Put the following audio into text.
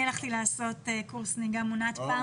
אני הלכתי לעשות קורס נהיגה מונעת פעם